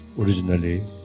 originally